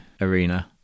arena